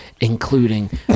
including